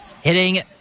Hitting